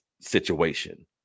situation